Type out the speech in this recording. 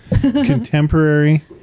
contemporary